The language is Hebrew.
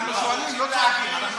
אנחנו שואלים, לא צועקים.